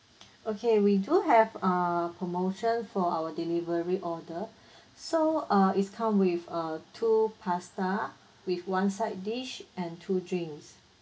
okay we do have err promotion for our delivery order so uh is come with uh two pasta with one side dish and two drinks